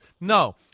no